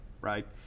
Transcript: right